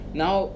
now